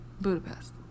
Budapest